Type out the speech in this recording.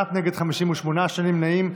בעד, 31, נגד, 58, שני נמנעים.